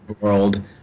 world